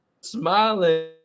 smiling